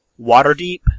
Waterdeep